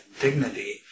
dignity